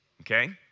Okay